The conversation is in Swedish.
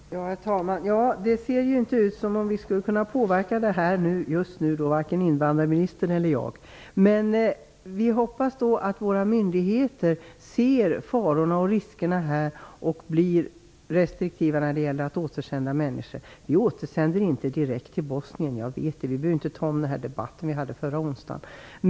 Herr talman! Det ser inte ut som om vi skulle påverka situationen just nu, varken invandrarministern eller jag. Men vi hoppas att våra myndigheter ser farorna och riskerna och blir restriktiva när det gäller att återsända människor. Vi återsänder inte direkt till Bosnien, jag vet det. Vi behöver inte ta om debatten vi förde förra onsdagen.